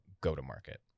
go-to-market